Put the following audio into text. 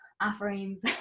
offerings